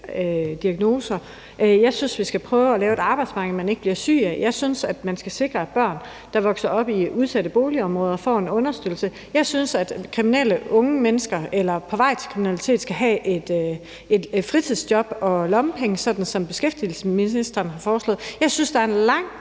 diagnoser. Jeg synes, vi skal prøve at lave et arbejdsmarked, man ikke bliver syg af. Jeg synes, at man skal sikre, at børn, der vokser op i udsatte boligområder, får en understøttelse. Jeg synes, at kriminelle unge mennesker eller dem på vej til kriminalitet skal have et fritidsjob og lommepenge, sådan som beskæftigelsesministeren har foreslået. Jeg synes, der er en lang